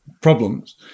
problems